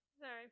Sorry